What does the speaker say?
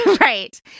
Right